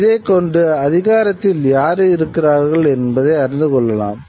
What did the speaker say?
இதைக்கொண்டு அதிகாரத்தில் யார் இருக்கிறார்கள் என்பதை அறிந்துகொள்ளலாம்